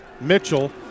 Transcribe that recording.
Mitchell